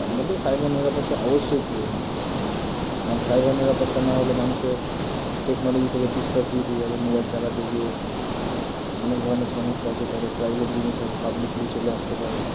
তার মধ্যে সাইবার নিরাপত্তা অবশ্যই প্রয়োজন কারণ সাইবার নিরাপত্তা না হলে মানুষের টেকনোলজি থেকে বিশ্বাসই উঠে যাবে মোবাইল চালাতে গিয়ে অনেক ধরনের সমস্যা আছে তাদের প্রাইভেট জিনিস হয়তো পাবলিকলি চলে আসতে পারে